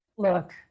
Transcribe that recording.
Look